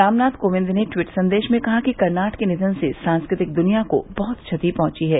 रामनाथ कोविंद ने ट्वीट संदेश में कहा कि कर्नाड के निधन से सांस्कृतिक दुनिया को बहुत क्षति पहुंची है